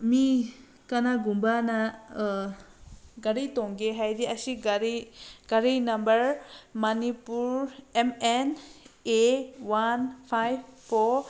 ꯃꯤ ꯀꯅꯥꯒꯨꯝꯕꯅ ꯒꯥꯔꯤ ꯇꯣꯡꯒꯦ ꯍꯥꯏꯔꯗꯤ ꯑꯁꯤ ꯒꯥꯔꯤ ꯒꯥꯔꯤ number Manipur M N A one five four